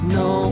no